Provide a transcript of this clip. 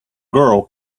girl